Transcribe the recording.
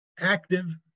active